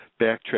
backtrack